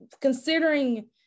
considering